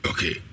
Okay